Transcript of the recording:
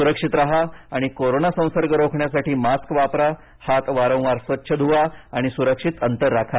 सुरक्षित राहा आणि कोरोना संसर्ग रोखण्यासाठी मास्क वापरा हात वारंवार स्वच्छ धुवा आणि सुरक्षित अंतर राखा